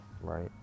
right